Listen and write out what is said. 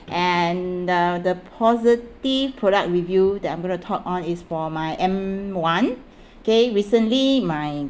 and the the positive product review that I'm going to talk on is for my M one okay recently my